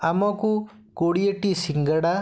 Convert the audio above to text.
ଆମକୁ କୋଡ଼ିଏଟି ସିଙ୍ଗଡ଼ା